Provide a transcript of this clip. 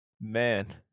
man